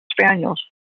Spaniels